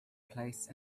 place